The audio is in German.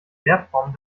verbformen